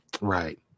right